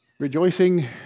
Rejoicing